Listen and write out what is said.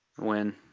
Win